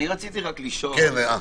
בבקשה.